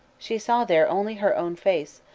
she saw there only her own face,